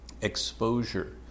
exposure